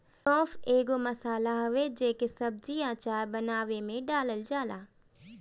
सौंफ एगो मसाला हवे जेके सब्जी, अचार बानवे में डालल जाला